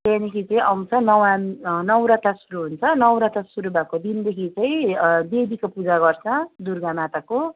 त्यहाँदेखि चाहिँ आउँछ नवाम नवरथा सुरु हुन्छ नवरथा सुरु भएको दिनदेखि चाहिँ देवीको पूजा गर्छ दुर्गा माताको